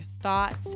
thoughts